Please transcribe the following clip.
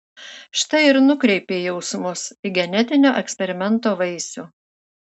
štai ir nukreipei jausmus į genetinio eksperimento vaisių